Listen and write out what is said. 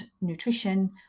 nutrition